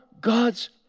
God's